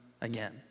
again